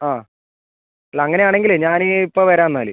ആ അല്ല അങ്ങനെ ആണെങ്കിൽ ഞാൻ ഇപ്പം വരാ എന്നാൽ